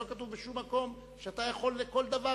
ולא כתוב בשום מקום שאתה יכול להעיר על כל דבר.